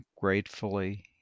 Gratefully